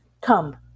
Come